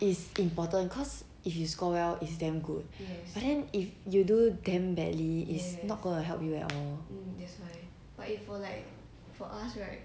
it's important cause if you score well it's damn good but then if you do damn badly it's not gonna help you at all